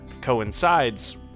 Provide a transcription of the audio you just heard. coincides